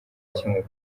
kimwe